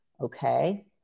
Okay